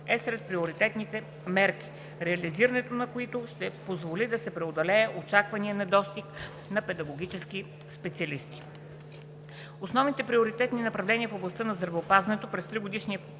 е сред приоритетните мерки, реализирането на които ще позволи да се преодолее очакваният недостиг на педагогически специалисти. Основните приоритетни направления в областта на здравеопазването през тригодишния